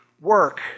work